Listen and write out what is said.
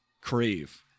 crave